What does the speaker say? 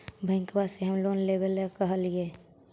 बैंकवा से हम लोन लेवेल कहलिऐ?